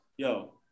Yo